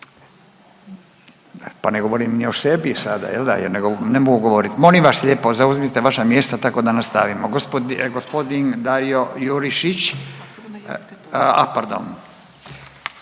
Pa ne govorim ni o sebi, je l' da, ne mogu govorit, molim vas lijepo, zauzmite vaša mjesta tako da nastavimo. G. Darijo Jurišić, a pardon.